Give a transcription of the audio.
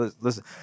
Listen